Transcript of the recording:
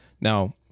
Now